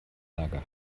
lager